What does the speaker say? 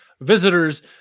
visitors